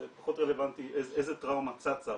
זה פחות רלבנטי איזו טראומה צצה,